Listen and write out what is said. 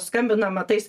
skambinama tais